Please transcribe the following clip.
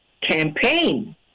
campaign